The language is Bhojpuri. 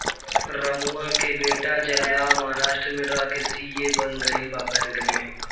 रमुआ के बेटा जलगांव महाराष्ट्र में रह के सी.ए बन गईल बा बैंक में